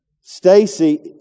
Stacy